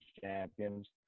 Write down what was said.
champions